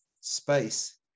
space